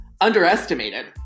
Underestimated